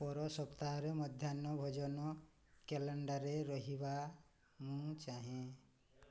ପର ସପ୍ତାହର ମଧ୍ୟାହ୍ନ ଭୋଜନ କ୍ୟାଲେଣ୍ଡରରେ ରହିବା ମୁଁ ଚାହେଁ